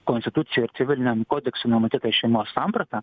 konstitucijoj ir civiliniam kodekse numatytą šeimos sampratą